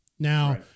Now